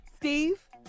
Steve